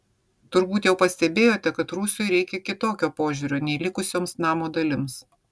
turbūt jau pastebėjote kad rūsiui reikia kitokio požiūrio nei likusioms namo dalims